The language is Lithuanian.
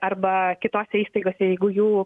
arba kitose įstaigose jeigu jų